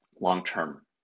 long-term